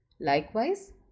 likewise